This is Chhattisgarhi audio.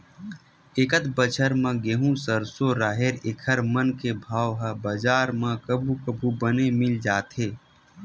एकत बछर म गहूँ, सरसो, राहेर एखर मन के भाव ह बजार म कभू कभू बने मिल जाथे